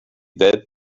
that